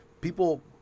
people